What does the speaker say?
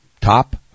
top